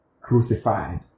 crucified